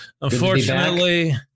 unfortunately